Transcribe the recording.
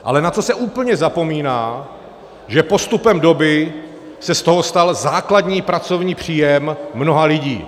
Ale na co se úplně zapomíná, že postupem doby se z toho stal základní pracovní příjem mnoha lidí.